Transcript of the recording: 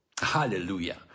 hallelujah